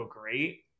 great